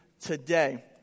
today